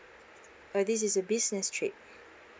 uh this is a business trip